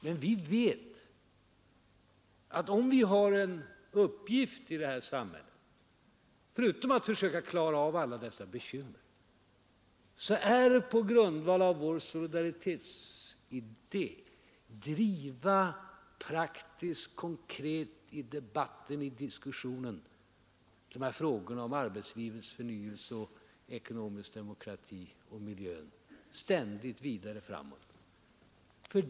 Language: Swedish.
Men vi vet att om vi har en uppgift i det här samhället, förutom att försöka klara av alla bekymmer, så är det att på grundval av vår solidaritetsidé i debatter och diskussioner och i konkreta, praktiska åtgärder driva frågorna om arbetslivets förnyelse, den ekonomiska demokratin och miljön ständigt framåt.